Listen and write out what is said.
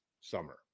summer